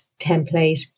template